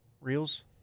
Reels